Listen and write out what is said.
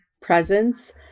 presence